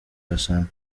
gasana